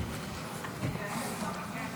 שגרה שני רחובות